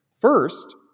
First